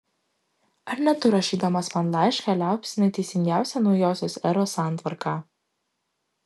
ar ne tu rašydamas man laišką liaupsinai teisingiausią naujosios eros santvarką